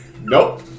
Nope